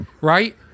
right